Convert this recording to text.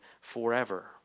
forever